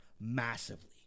massively